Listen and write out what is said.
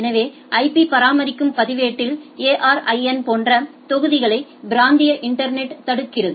எனவே ஐபி பராமரிக்கும் பதிவேட்டில் ARIN போன்ற தொகுதிகளை பிராந்திய இன்டர்நெட்யை தடுக்கிறது